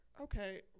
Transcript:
okay